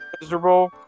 miserable